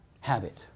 habit